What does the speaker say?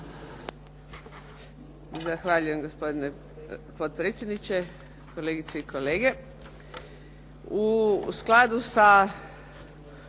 Zahvaljujem. Gospodine potpredsjedniče, kolegice i kolege.